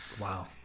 Wow